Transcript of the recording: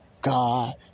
God